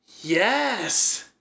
Yes